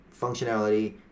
functionality